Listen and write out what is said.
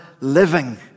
living